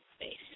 space